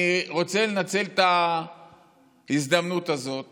אני רוצה לנצל את ההזדמנות הזאת